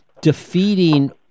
defeating